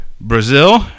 Brazil